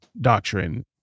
doctrine